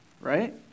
right